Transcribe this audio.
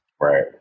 Right